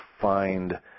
find